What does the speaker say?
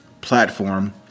platform